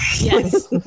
Yes